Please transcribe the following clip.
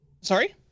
Sorry